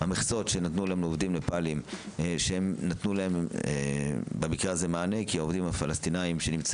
המכסות של העובדים הנפאלים במקרה הזה נתנו מענה לעובדים הפלסטינים,